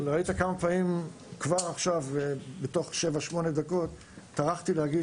אתה רואה כמה פעמים בתוך 7-8 דקות טרחתי להגיד